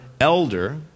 elder